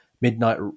Midnight